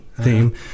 theme